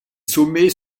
sommets